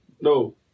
No